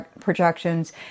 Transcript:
projections